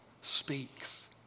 speaks